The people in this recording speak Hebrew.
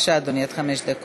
בבקשה, אדוני, עד חמש דקות.